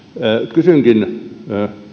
kysynkin